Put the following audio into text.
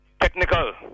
Technical